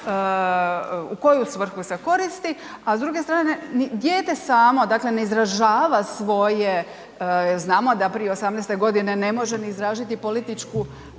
u koju svrhu se koristi, a s druge strane, dijete samo, dakle, ne izražava svoje, znamo da prije 18.g. ne može ni izraziti političku